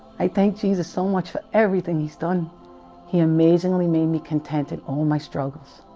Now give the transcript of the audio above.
i thank, jesus so much for everything he's, done he amazingly, made me contented all my struggles